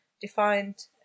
defined